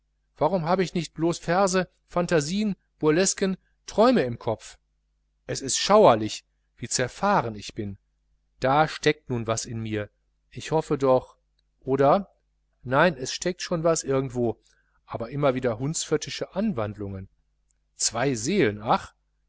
warum hab ich nicht blos verse phantasien burlesken träume im kopfe es ist schauerlich wie zerfahren ich bin da steckt nun was in mir ich hoffe doch oder nein es steckt schon was irgendwo aber immer wieder hundsföttische anwandlungen zwei seelen ach